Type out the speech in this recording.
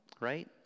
right